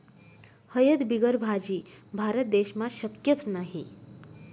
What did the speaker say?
हयद बिगर भाजी? भारत देशमा शक्यच नही